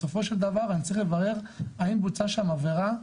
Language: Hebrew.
בסופו של דבר אני צריך לברר האם בוצעה שם עבירה,